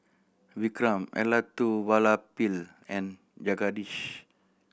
Vikram Elattuvalapil and Jagadish